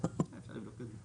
הקו המערבי?